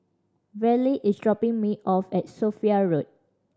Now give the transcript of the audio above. Verle is dropping me off at Sophia Road